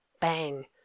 bang